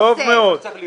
עושה,